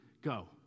go